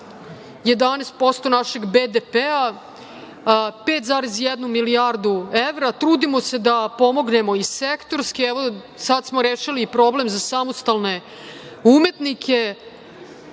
11% našeg BDP, 5,1 milijardu evra. Trudimo se da pomognemo i sektorski. Sad smo rešili i problem za samostalne umetnike.